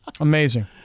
Amazing